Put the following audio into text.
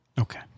Okay